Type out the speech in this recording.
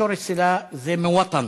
השורש שלה זה מ"וואטן",